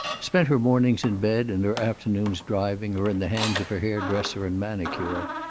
spent her mornings in bed and her afternoons driving or in the hands of her hair-dresser and manicure,